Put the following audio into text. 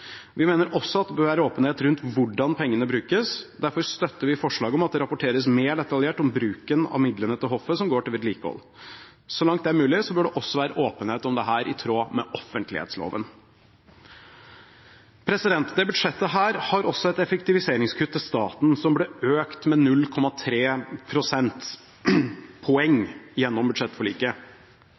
Vi mener også det må være åpenhet om hvordan pengene brukes. Derfor støtter vi forslaget om at det rapporteres mer detaljert om bruken av de midlene til hoffet som går til vedlikehold. Så langt det er mulig, bør det også være åpenhet om dette, i tråd med offentlighetsloven. Dette budsjettet har også et effektiviseringskutt til staten, som ble økt med 0,3 prosentpoeng gjennom budsjettforliket.